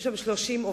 אז היו שם 30 עובדים,